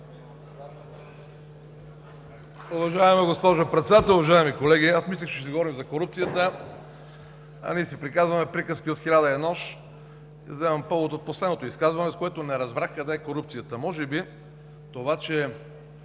Уважаема госпожо Председател, уважаеми колеги, мисля, че ще си говорим за корупцията, а ние си приказваме приказки от 1001 нощ. Взимам повод от последното изказване, от което не разбрах къде е корупцията. Може би това, че